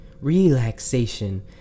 relaxation